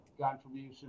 contribution